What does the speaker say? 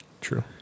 True